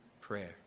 prayer